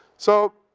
so.